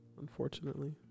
Unfortunately